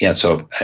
yeah so